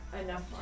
enough